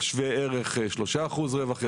על שווה ערך 2%-3% רווח יזמי.